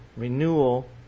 Renewal